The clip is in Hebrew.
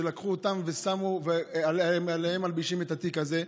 שלקחו אותם ועליהם מלבישים את התיק הזה,